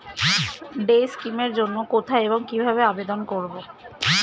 Day scheme এর জন্য কোথায় এবং কিভাবে আবেদন করব?